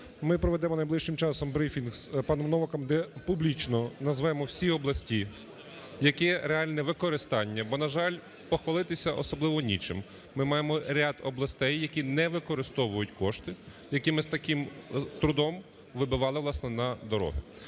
ми проведемо найближчим часом брифінг з паном Новаком, де публічно назвемо всі області, яке реально використання. Бо, на жаль, похвалитися особливо нічим, ми маємо ряд областей, які не використовують кошти, які ми з таким трудом вибивали, власне, на дороги.